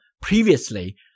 previously